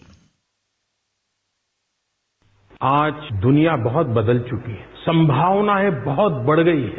bite आज दुनिया बहुत बदल चुकी है संभावनायें बहुत बढ़ गई हैं